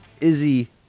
Izzy